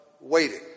waiting